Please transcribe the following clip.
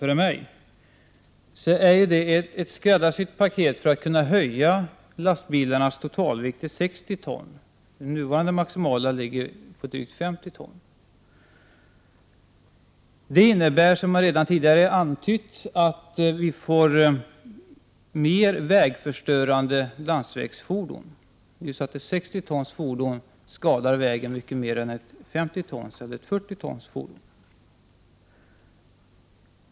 Det är ett skräddarsytt paket för att man skall kunna höja lastbilarnas totalvikt från den nuvarande maximala vikten drygt 50 ton till 60 ton. Som redan tidigare antytts innebär detta att vi får mer vägförstörande landsvägsfordon. Ett 60 tons fordon skadar ju vägen mycket mer än ett 40 tons eller ett 50 tons fordon.